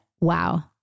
wow